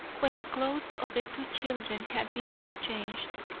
when the clothes of the two children had been exchanged,